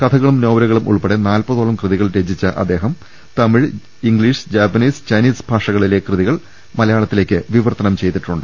കഥ കളും നോവലുകളും ഉൾപ്പെടെ നാല്പതോളം കൃതികൾ രചിച്ച അദ്ദേഹം തമിഴ് ഇംഗ്ലീഷ് ജാപ്പാനീസ് ചൈനീസ് ഭാഷകളിലെ കൃതികൾ മലയാള ത്തിലേക്ക് വിവർത്തനം ചെയ്തിട്ടുണ്ട്